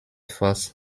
force